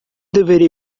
deveria